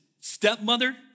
stepmother